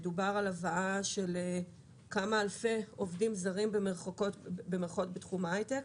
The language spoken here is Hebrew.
דובר על הבאה של כמה אלפי עובדים זרים בתחום ההיי-טק.